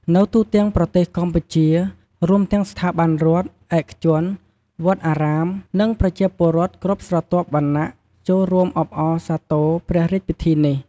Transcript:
នៅទូទាំងប្រទេសកម្ពុជា រួមទាំងស្ថាប័នរដ្ឋ ឯកជន វត្តអារាម និងប្រជាពលរដ្ឋគ្រប់ស្រទាប់វណ្ណៈ ចូលរួមអបអរសាទរព្រះរាជពិធីនេះ។